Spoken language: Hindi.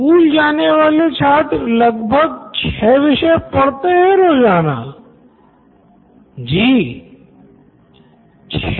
स्कूल जाने वाले छात्र लगभग ६ विषय पढ़ते है रोज़ाना Nitin Kurian COO Knoin electronics जी